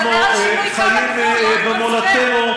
אבל הוא לא מדבר על טרנספר, אנחנו חיים במולדתנו.